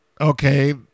okay